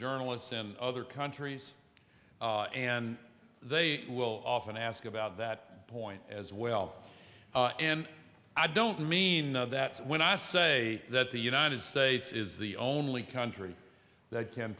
journalists in other countries and they will often ask about that point as well and i don't mean that when i say that the united states is the only country that can